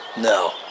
No